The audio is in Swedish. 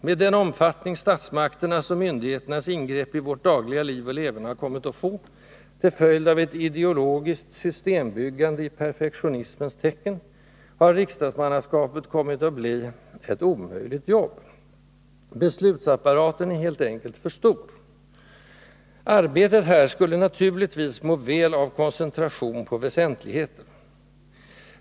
Med den omfattning statsmakternas och myndigheternas ingrepp i vårt dagliga liv och leverne har kommit att få, till följd av ett ideologiskt systembyggande i perfektionismens tecken, har riksdagsmannaskapet kommit att bli ett omöjligt jobb. Beslutsapparaten är helt enkelt för stor. Arbetet här skulle naturligtvis må väl av koncentration på väsentligheter.